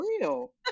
real